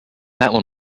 one